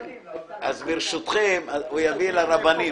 ברשותכם, הוא יביא לרבנים.